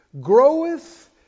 groweth